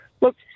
Look